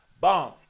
bomb